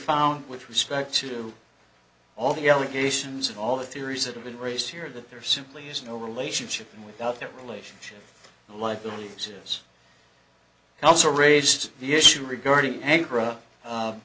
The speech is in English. found with respect to all the allegations and all the theories that have been raised here that there simply is no relationship and without that relationship and like believes it has also raised the issue regarding ankara